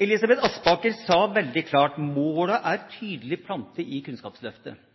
Elisabeth Aspaker sa veldig klart at målene er «tydelig plantet i Kunnskapsløftet».